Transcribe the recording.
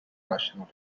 اشنا